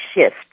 shift